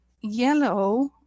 yellow